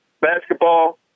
basketball